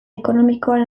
ekonomikoan